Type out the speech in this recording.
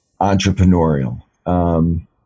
entrepreneurial